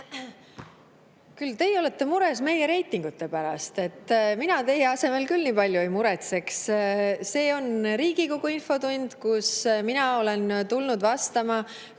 Küll teie olete mures meie reitingute pärast! Mina teie asemel küll nii palju ei muretseks. See on Riigikogu infotund, kus mina olen tulnud vastama